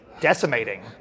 decimating